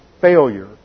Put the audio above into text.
failure